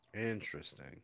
Interesting